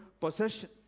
possession